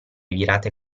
virate